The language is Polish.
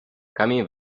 kamień